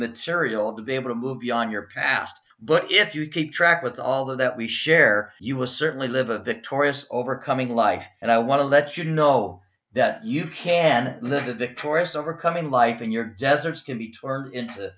material to be able to move beyond your past but if you keep track with all that we share you will certainly live a victorious overcoming life and i want to let you know that you can live the victorious overcoming life in your deserts can be turned into